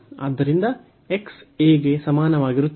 ಆದ್ದರಿಂದ x a ಗೆ ಸಮಾನವಾಗಿರುತ್ತದೆ